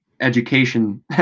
education